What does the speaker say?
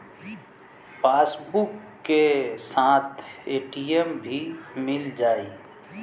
Passbook के साथ ATM भी मील जाई?